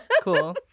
cool